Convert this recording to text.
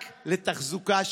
רק לתחזוקה שנתית.